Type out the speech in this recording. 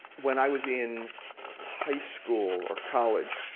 when i was in high school or college,